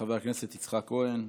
חבר הכנסת יצחק כהן.